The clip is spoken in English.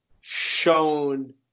shown